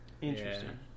interesting